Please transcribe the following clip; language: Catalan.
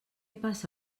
passa